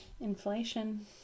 inflation